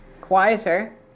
quieter